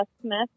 Smith